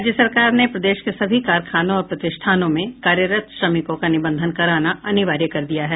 राज्य सरकार ने प्रदेश के सभी कारखानों और प्रतिष्ठानों में कार्यरत श्रमिकों का निबंधन कराना अनिवार्य कर दिया है